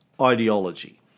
ideology